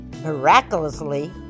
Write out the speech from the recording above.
Miraculously